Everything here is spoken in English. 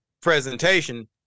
presentation